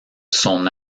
son